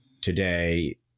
today